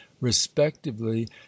respectively